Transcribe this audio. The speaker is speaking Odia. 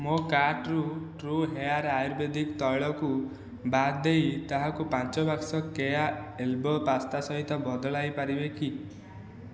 ମୋ' କାର୍ଟ୍ରୁ ଟ୍ରୁ ହେୟାର ଆୟୁର୍ବେଦିକ ତୈଳକୁ ବାଦ୍ ଦେଇ ତାହାକୁ ପାଞ୍ଚ ବାକ୍ସ କେୟା ଏଲ୍ବୋ ପାସ୍ତା ସହିତ ବଦଳାଇ ପାରିବେ କି